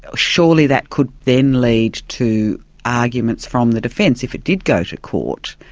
so surely that could then lead to arguments from the defence, if it did go to court,